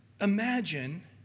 imagine